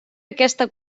aquesta